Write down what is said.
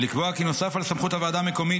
ולקבוע כי נוסף על סמכות הוועדה המקומית